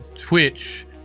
twitch